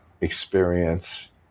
experience